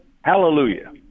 hallelujah